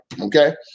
Okay